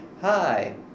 hi